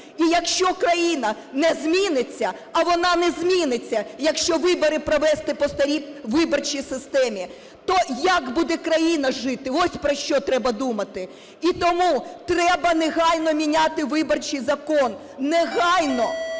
І якщо країна не зміниться, а вона не зміниться, якщо вибори провести по старій виборчій системі, то як буде країна жити – ось про що треба думати. І тому треба негайно міняти виборчий закон, негайно,